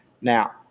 now